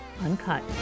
Uncut